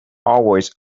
always